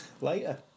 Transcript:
later